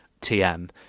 TM